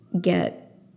get